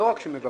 לא רק שמבקשים